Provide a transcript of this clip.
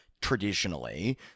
traditionally